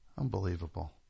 Unbelievable